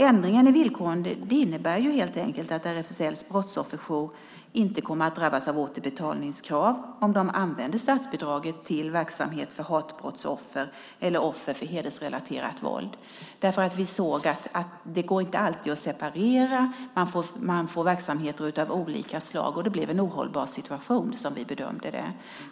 Ändringen i villkoren innebär helt enkelt att RFSL:s brottsofferjour inte kommer att drabbas av återbetalningskrav om de använder statsbidraget till verksamhet för hatbrottsoffer eller offer för hedersrelaterat våld. Vi såg att det inte alltid går att separera. Man får verksamheter av olika slag. Det blev en ohållbar situation, som vi bedömde det.